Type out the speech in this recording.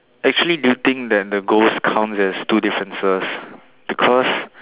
actually do you think that the ghosts count as two differences because